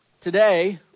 today